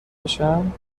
بشم